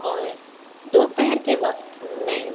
اور دوپہر کے وقت میں